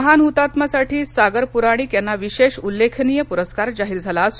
महान हुतात्मासाठी सागर पुराणिक यांना विशेष उल्लेखनीय पुरस्कार जाहीर झाला आहे